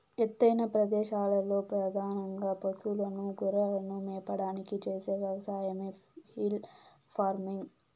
ఎత్తైన ప్రదేశాలలో పధానంగా పసులను, గొర్రెలను మేపడానికి చేసే వ్యవసాయమే హిల్ ఫార్మింగ్